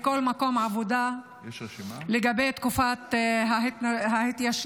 בכל מקום עבודה לגבי תקופת ההתיישנות,